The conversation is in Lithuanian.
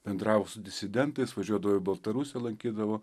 bendravo su disidentais važiuodavo į baltarusiją lankydavo